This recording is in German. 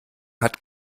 hat